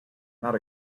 not